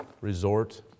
resort